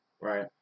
Right